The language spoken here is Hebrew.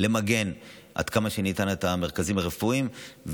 למגן עד כמה שניתן את המרכזים הרפואיים,